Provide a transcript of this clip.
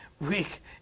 weak